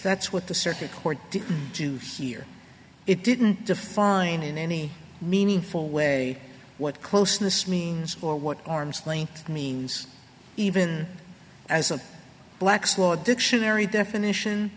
that's what the circuit court to do here it didn't define in any meaningful way what closeness means or what arm's length means even as a black's law dictionary definition